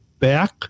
back